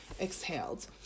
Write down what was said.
exhaled